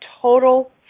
total